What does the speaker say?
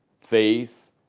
faith